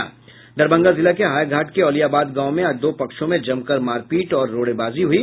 दरभंगा जिला के हायाघाट के औलियाबाद गांव में आज दो पक्षों में जमकर मारपीट और रोड़ेबाजी हुई